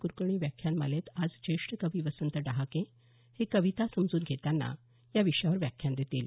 कुलकर्णी व्याख्यान मालेत आज ज्येष्ठ कवी वसंत डहाके हे कविता समजून घेतांना या विषयावर व्याख्यान देतील